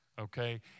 Okay